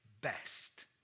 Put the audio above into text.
best